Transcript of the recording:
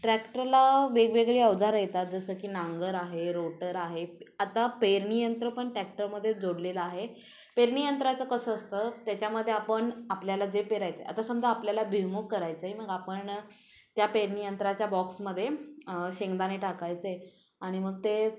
ट्रॅक्टरला वेगवेगळे अवजार येतात जसं की नांगर आहे रोटर आहे आता पेरणीयंत्र पण टॅक्टरमध्ये जोडलेलं आहे पेरणीयंत्राचं कसं असतं त्याच्यामध्ये आपण आपल्याला जे पेरायचं आहे आता समजा आपल्याला भुईमूग करायचं आहे मग आपण त्या पेरणीयंत्राच्या बॉक्समध्ये शेंगदाणे टाकायचं आहे आणि मग ते